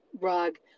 rug